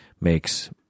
makes